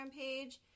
page